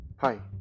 Hi